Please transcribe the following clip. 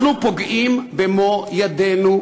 אנחנו פוגעים במו-ידינו,